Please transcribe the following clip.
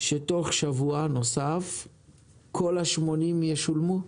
שתוך שבוע נוסף כל ה-80 ישולמו?